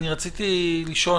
רציתי לשאול,